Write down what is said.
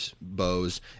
bows